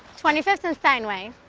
twenty fifth and steinway,